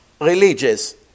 religious